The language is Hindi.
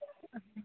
अच्छा